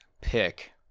pick